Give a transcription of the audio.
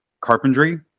carpentry